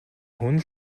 хүн